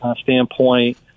standpoint